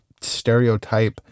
stereotype